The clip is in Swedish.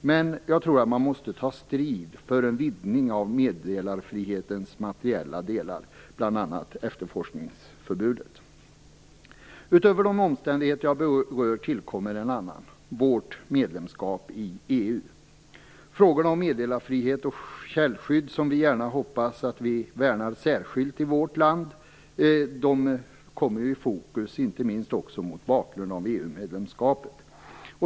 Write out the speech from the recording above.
Men jag tror att man måste ta strid för en vidgning av meddelarfrihetens materiella delar, bl.a. Utöver de omständigheter jag har berört tillkommer en annan, vårt medlemskap i EU. Frågorna om meddelarfrihet och källskydd, som vi gärna hoppas att vi värnar särskilt i vårt land, kommer i fokus inte minst mot bakgrund av EU-medlemskapet.